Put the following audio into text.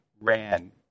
ran